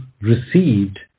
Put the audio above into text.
received